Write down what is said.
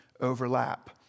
overlap